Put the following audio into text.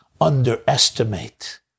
underestimate